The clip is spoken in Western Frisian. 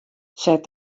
set